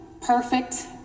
perfect